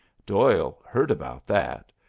doyle heard about that.